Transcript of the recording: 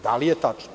Da li je tačno?